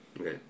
Okay